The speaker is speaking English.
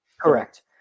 Correct